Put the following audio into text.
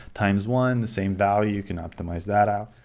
times one, the same value, you can optimize that out.